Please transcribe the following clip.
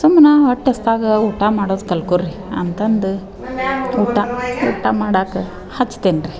ಸುಮ್ನೆ ಹೊಟ್ಟೆ ಹಸಿದಾಗ ಊಟ ಮಾಡೋದು ಕಲ್ತ್ಕೋರಿ ಅಂತಂದು ಊಟ ಊಟ ಮಾಡಕ್ಕೆ ಹಚ್ತೇನೆ ರೀ